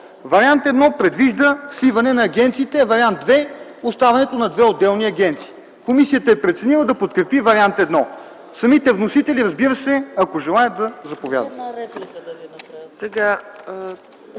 Вариант І предвижда сливане на агенциите, а Вариант ІІ – оставането на две отделни агенции. Комисията е преценила да подкрепи Вариант І. Самите вносители, разбира се, ако желаят, да заповядат.